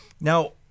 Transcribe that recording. Now